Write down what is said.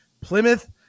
plymouth